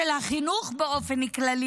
החינוך באופן כללי